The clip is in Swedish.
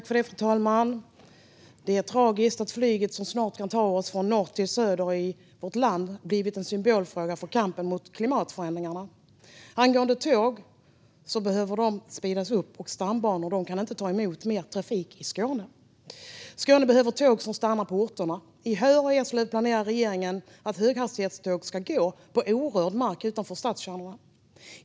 Fru talman! Det är tragiskt att flyget, som snabbt kan ta oss från norr till söder i vårt land, blivit en symbolfråga för kampen mot klimatförändringarna. Angående tåg är det så att de behöver speedas upp. Stambanorna kan inte ta emot mer trafik i Skåne. Skåne behöver tåg som stannar på orterna. I Höör och Eslöv planerar regeringen att höghastighetståg ska gå på orörd mark utanför stadskärnorna.